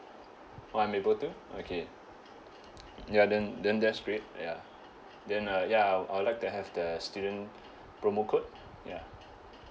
oh I'm able to okay ya then then that's great ya then uh ya I would like to have the student promo code ya